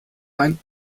ein